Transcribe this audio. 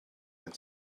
and